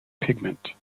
pigment